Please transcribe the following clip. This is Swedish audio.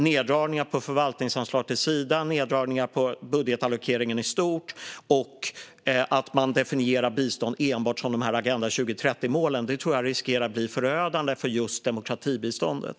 Neddragningar på förvaltningsanslag till Sida och på budgetallokeringen i stort och att man definierar bistånd enbart som de här Agenda 2030-målen tror jag riskerar att bli förödande för just demokratibiståndet.